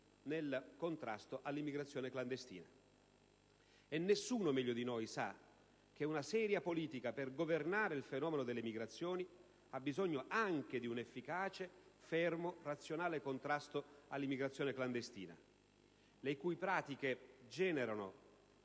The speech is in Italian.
nel contrasto all'immigrazione clandestina. E nessuno meglio di noi sa che una seria politica per governare il fenomeno dell'immigrazione ha bisogno anche di un efficace, fermo e razionale contrasto all'immigrazione clandestina, le cui pratiche generano